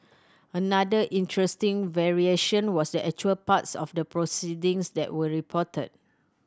another interesting variation was actual parts of the proceedings that were reported